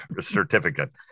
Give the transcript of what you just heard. certificate